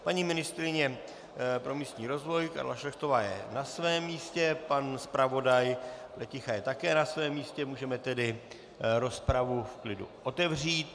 Paní ministryně pro místní rozvoj Karla Šlechtová je na svém místě, pan zpravodaj Pleticha je také na svém místě, můžeme tedy rozpravu v klidu otevřít.